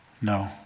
No